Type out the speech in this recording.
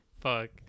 fuck